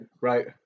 Right